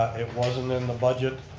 it wasn't in the budget.